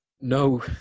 No